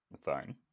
Fine